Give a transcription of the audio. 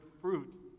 fruit